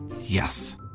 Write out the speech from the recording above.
Yes